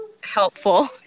helpful